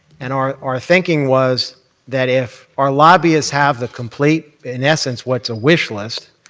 and our our thinking was that if our lobbyists have the complete, in essence, what's a wish list,